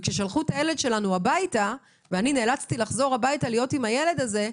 וכששלחו את הילד שלנו הביתה ואני נאלצתי לחזור הביתה להיות עם הילד הזה,